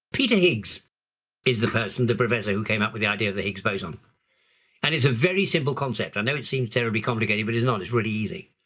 peter higgs is the person, the professor who came up with the idea of the higgs boson and it's a very simple concept. i know it seems terribly complicated, but it's not, it's really easy.